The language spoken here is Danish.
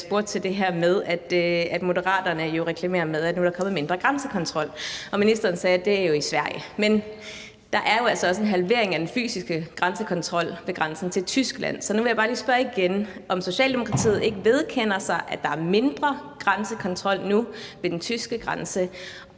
der er jo altså også en halvering af den fysiske grænsekontrol ved grænsen til Tyskland. Så nu vil jeg bare lige spørge igen, om Socialdemokratiet ikke vedkender sig, at der er mindre grænsekontrol nu ved den tyske grænse.